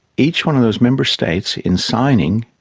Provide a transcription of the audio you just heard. each one of those member states, in signing,